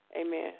Amen